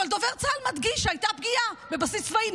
אבל דובר צה"ל מדגיש שהייתה פגיעה בבסיס צבאי,